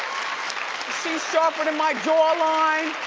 she's sharpenin' my jawline.